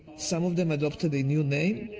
some of them adopted a new name.